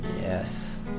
Yes